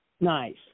Nice